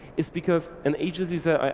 is because an agency say,